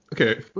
Okay